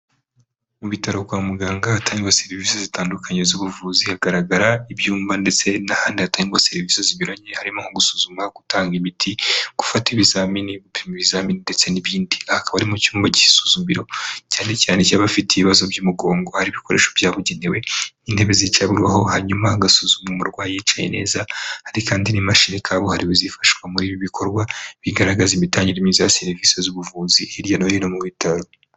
Mu bitaro kwa muganga hatangirwa serivisi zitandukanye z'ubuvuzi hagaragara ibyumba ndetse n'ahandi hatangwa serivisi zinyuranye harimo nko gusuzuma, gutanga imiti, gufata ibizamini, gupima ibizamini ndetse n'ibindi akaba ari mu cyumba cy'isuzumiro cyane cyane cy'abafite ibibazo by'umugongo hari ibikoresho byabugenewe n'intebe zicyaburwaho hanyuma hagasuzuma umurwayi yocaye neza hari kandi n'imashini kabuhariwe zifashishwa muri ibi bikorwa bigaragaza imitangire myiza ya serivisi z'ubuvuzi hirya no hino mu bitaro.